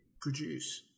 produce